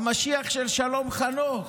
המשיח של שלום חנוך.